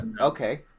okay